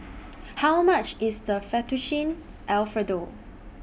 How much IS The Fettuccine Alfredo